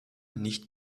nicht